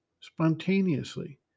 spontaneously